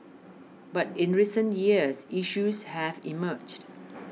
but in recent years issues have emerged